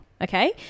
Okay